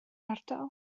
ardal